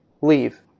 Leave